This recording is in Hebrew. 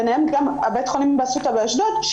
ביניהם גם בית החולים אסותא באשדוד,